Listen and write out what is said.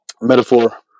metaphor